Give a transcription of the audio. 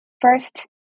First